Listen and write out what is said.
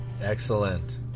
Excellent